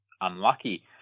unlucky